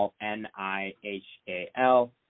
n-i-h-a-l